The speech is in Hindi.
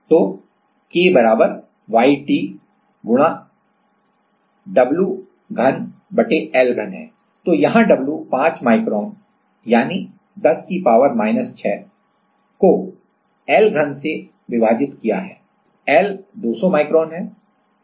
तो k Y t W3 L3 है यहां W 5 माइक्रोन 10 की पावर माइनस 6 को L3 से विभाजित किया गया है L 200 माइक्रोन है